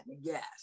yes